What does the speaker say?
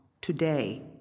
today